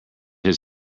his